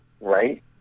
Right